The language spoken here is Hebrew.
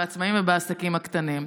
בעצמאים ובעסקים הקטנים,